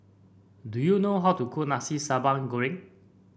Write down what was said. do you know how to cook Nasi Sambal Goreng